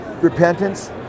repentance